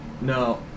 no